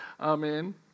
Amen